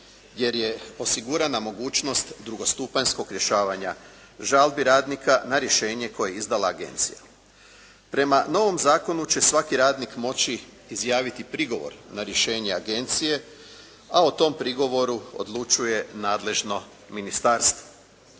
jer je osigurana mogućnost drugostupanjskog rješavanja žalbi radnika na rješenje koje je izdala agencija. Prema novom zakonu će svaki radnik moći izjaviti prigovor na rješenje agencije, a o tom prigovoru odlučuje nadležno ministarstvo.